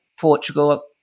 Portugal